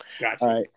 Gotcha